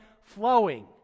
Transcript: flowing